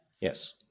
Yes